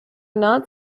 not